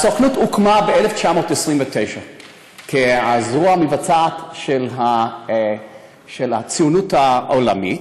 הסוכנות הוקמה ב-1929 כזרוע המבצעת של הציונות העולמית,